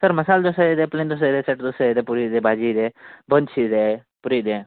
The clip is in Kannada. ಸರ್ ಮಸಾಲೆ ದೋಸೆ ಇದೆ ಪ್ಲೇನ್ ದೋಸೆ ಇದೆ ಸೆಟ್ ದೋಸೆ ಇದೆ ಪೂರಿ ಇದೆ ಭಾಜಿ ಇದೆ ಬನ್ಸ್ ಇದೆ ಪೂರಿ ಇದೆ